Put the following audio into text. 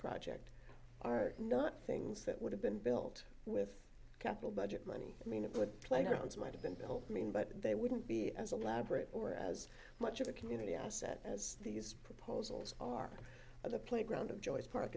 project are not things that would have been built with capital budget money i mean it would playgrounds might have been built i mean but they wouldn't be as elaborate or as much of a community asset as these proposals are at the playground of joyce park